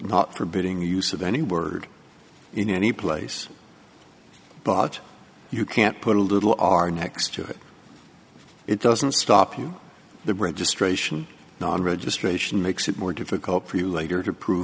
not forbidding use of any word in any place but you can't put a little are next to it it doesn't stop you the bread just ration non registration makes it more difficult for you later to prove